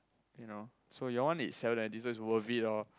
you know so your is seven ninety so it's worth it lor